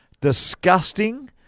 disgusting